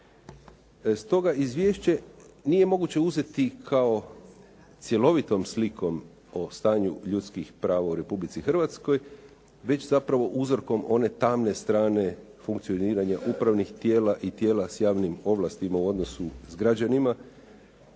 Stoga izvješće nije moguće uzeti kao cjelovitom slikom o stanju ljudskih prava u Republici Hrvatskoj već zapravo uzorkom one tamne strane funkcioniranje upravnih tijela i tijela s javnim ovlastima u odnosu s građanima